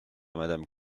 madame